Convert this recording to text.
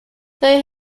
they